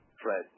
fred